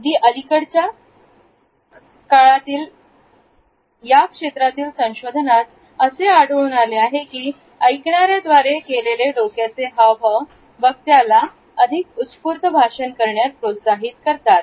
अगदी अलीकडील केलेल्या या क्षेत्रातील संशोधनात असे आढळून आले आहे की ऐकणाऱ्या द्वारे केलेले डोक्याचे हावभाव वक्त्याला अधिक उस्फुर्त भाषण करण्यात प्रोत्साहित करतात